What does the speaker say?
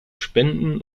spenden